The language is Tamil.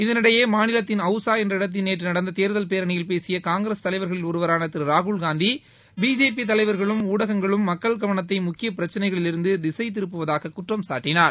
இதனிடையே மாநிலத்தின் அவுசா என்ற இடத்தில் நேற்று நடந்த தேர்தல் பேரணியில் பேசிய காங்கிரஸ் தலைவர்களில் ஒருவரான திரு ராகுல் காந்தி பிஜேபி தலைவர்களும் ஊடகங்களும் மக்கள் கவனத்தை முக்கிய பிரச்சினைகளிலிருந்து திசை திருப்புவதாக குற்றம் சாட்டினார்